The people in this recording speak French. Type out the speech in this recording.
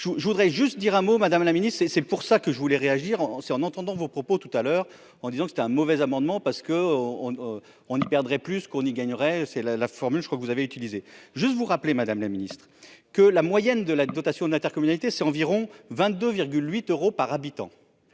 je voudrais juste dire un mot, Madame la Ministre, et c'est pour ça que je voulais réagir en c'est en entendant vos propos tout à l'heure en disant que c'était un mauvais amendement parce que on, on, on y perdrait plus qu'on y gagnerait, c'est la la formule, je crois que vous avez utilisé juste vous rappeler, Madame la Ministre, que la moyenne de la dotation d'intercommunalité, c'est environ 22 8 euros par habitant,